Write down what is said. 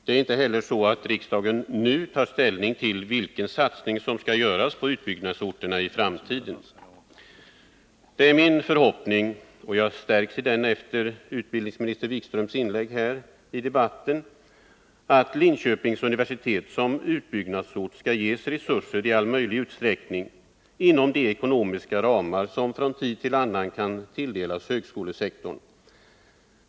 Det är inte heller så att riksdagen nu tar ställning till vilken satsning som i framtiden skall göras på utbyggnadsorterna. Det är min förhoppning, och jag stärks i den efter utbildningsminister Wikströms inlägg här i debatten, att universitetet i Linköping som utbyggnadsort skall ges resurser i all möjlig utsträckning inom de ekonomiska ramar som från tid till annan kan tilldelas högskolesektorn.